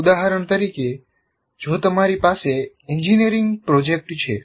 ઉદાહરણ તરીકે જો તમારી પાસે એન્જિનિયરિંગ પ્રોજેક્ટ છે